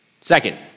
Second